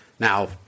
Now